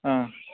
हा